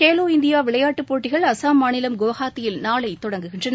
Khelo India விளையாட்டுப் போட்டகள் அஸ்ஸாம் மாநிலம் குவஹாத்தியில் நாளை தொடங்குகின்றன